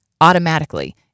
automatically